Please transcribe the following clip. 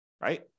right